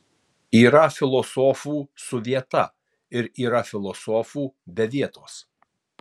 yra filosofų su vieta ir yra filosofų be vietos